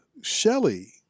Shelley